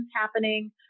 happening